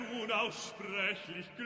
unaussprechlich